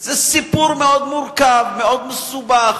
זה סיפור מאוד מורכב, מאוד מסובך,